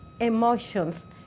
emotions